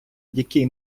який